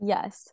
Yes